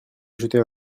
jeter